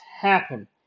happen